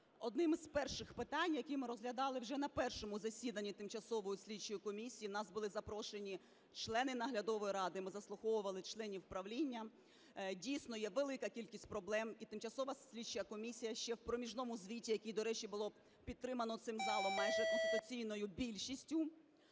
одним із перших питань, які ми розглядали вже на першому засіданні тимчасової слідчої комісії. У нас були запрошені члени наглядової ради, ми заслуховували членів правління. Дійсно, є велика кількість проблем, і тимчасова слідча комісія ще в проміжному звіті, який, до речі, було підтримано цим залом майже конституційною більшістю,